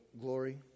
glory